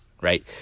right